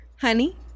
Honey